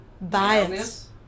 bias